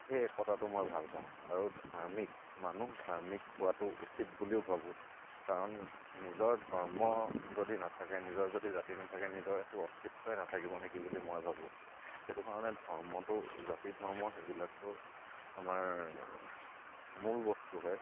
সেই একতাটো মই ভাল পাওঁ আৰু ধাৰ্মিক মানুহ ধাৰ্মিক হোৱাটো উচিত বুলিও ভাবোঁ কাৰণ নিজৰ ধৰ্ম যদি নাথাকে নিজৰ যদি জাতি নাথাকে নিজৰ একো অস্তিত্বই নাথাকিব নেকি বুলি মই ভাবোঁ সেইটো কাৰণে ধৰ্মটো জাতি ধৰ্ম সেইবিলাকতো আমাৰ মূল বস্তু হয়